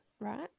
right